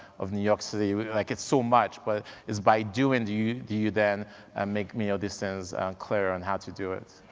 of new york city, like it's so much, but it's by doing do you do you then and make mere distance clearer on how to do it.